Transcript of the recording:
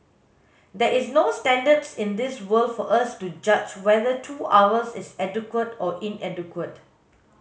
there is no standards in this world for us to judge whether two hours is adequate or inadequate